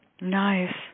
Nice